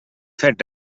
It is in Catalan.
fet